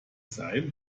sein